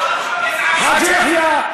חאג' יחיא.